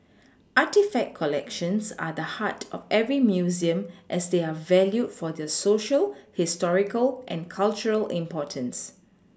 artefact collections are the heart of every Museum as they are valued for their Social historical and cultural importance